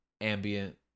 ambient